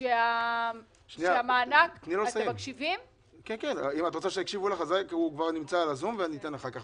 רועי בזום, אני אתן לך אחר כך.